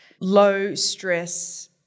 low-stress